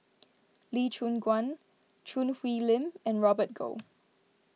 Lee Choon Guan Choo Hwee Lim and Robert Goh